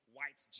White